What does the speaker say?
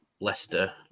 Leicester